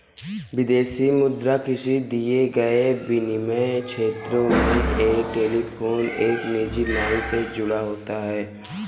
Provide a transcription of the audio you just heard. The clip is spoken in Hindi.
विदेशी मुद्रा किसी दिए गए विनिमय क्षेत्र में एक टेलीफोन एक निजी लाइन से जुड़ा होता है